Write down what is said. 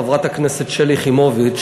חברת הכנסת שלי יחימוביץ,